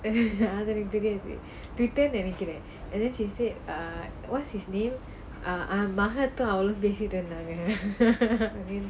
அது எனக்கு தெரியாது:athu ennakku teriyaathu Twitter நெனைக்கிறேன்:nenaikkiraen and then she said err what's his name err மஹத்தும் அவளும் பேசிட்டு இருந்தாங்க:mahatuvam avalum pesittu irunthaanga